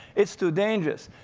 it's too dangerous,